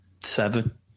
Seven